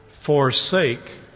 Forsake